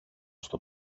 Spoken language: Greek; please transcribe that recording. στο